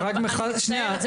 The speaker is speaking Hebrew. זה רק מחזק --- אני מצטערת.